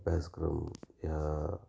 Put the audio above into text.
अभ्यासक्रम ह्या